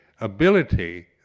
ability